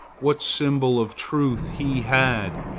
what symbol of truth he had,